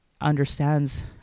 understands